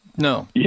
No